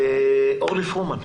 אורלי פרומן.